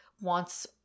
wants